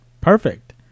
Perfect